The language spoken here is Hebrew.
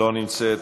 אינה נוכחת,